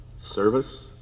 service